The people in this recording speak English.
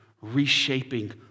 reshaping